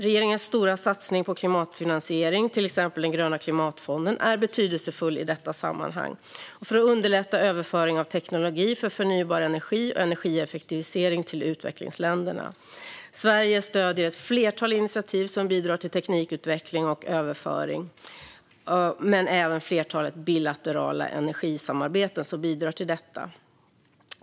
Regeringens stora satsning på klimatfinansiering, till exempel den gröna klimatfonden, är betydelsefull i detta sammanhang och för att underlätta överföring av teknologi för förnybar energi och energieffektivisering till utvecklingsländerna. Sverige stöder ett flertal initiativ som bidrar till teknikutveckling och tekniköverföring men även flera bilaterala energisamarbeten som bidrar till detta.